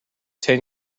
ten